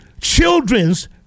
children's